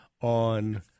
on